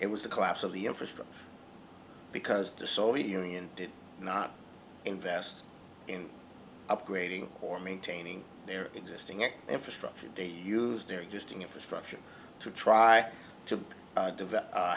it was the collapse of the infrastructure because the soviet union did not invest in upgrading or maintaining their existing it infrastructure they used their existing infrastructure to try to